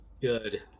good